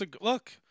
Look